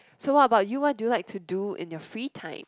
so what about you what do you like to do in your free time